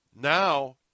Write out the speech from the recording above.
now